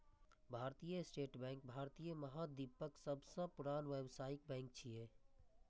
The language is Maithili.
भारतीय स्टेट बैंक भारतीय महाद्वीपक सबसं पुरान व्यावसायिक बैंक छियै